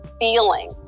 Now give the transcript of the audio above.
feeling